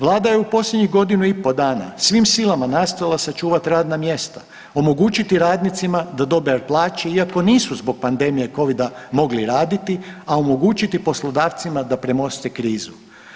Vlada je u posljednjih godinu i pol dana svim silama nastojala sačuvati radna mjesta, omogućiti radnicima da dobe plaće iako nisu zbog pandemije covida mogli raditi, a omogućiti poslodavcima da premosti krizu.